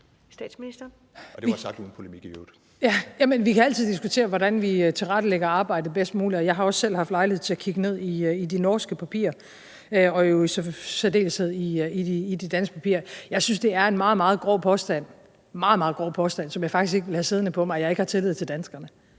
Vi kan altid diskutere, hvordan vi tilrettelægger arbejdet bedst muligt, og jeg har også selv haft lejlighed til at kigge ned i de norske papirer og jo i særdeleshed i de danske papirer. Jeg synes, det er en meget, meget grov påstand – meget, meget grov påstand, som jeg faktisk ikke vil have siddende på mig – at jeg ikke har tillid til danskerne.